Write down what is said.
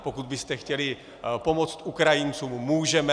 Pokud byste chtěli pomoct Ukrajincům, můžeme.